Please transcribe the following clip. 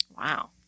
Wow